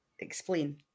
explain